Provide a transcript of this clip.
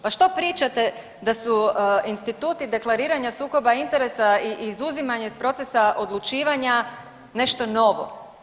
Pa što pričate da su instituti deklariranja sukoba interesa i izuzimanja iz procesa odlučivanja nešto novo?